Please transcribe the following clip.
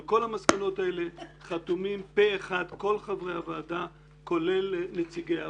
על כל המסקנות האלה חתומים פה אחד כל חברי הוועדה כולל נציגי האוצר.